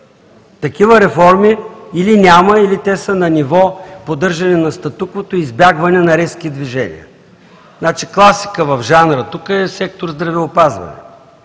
Такива реформи или няма, или те са на ниво поддържане на статуквото и избягване на резки движения. Класика в жанра тук е сектор „Здравеопазване“.